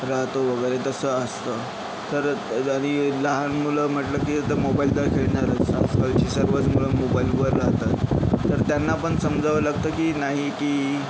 राहतो वगैरे तसं असतं तर आणि लहान मुलं म्हटलं की तर मोबाईल तर खेळणारच आजकालची सर्वच मुलं मोबाईलवर राहतात तर त्यांना पण समजावं लागतं की नाही की